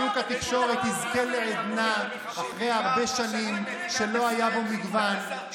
שוק התקשורת יזכה לעדנה אחרי הרבה שנים שלא היה בו מגוון,